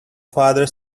father